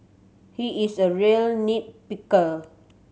he is a real nit picker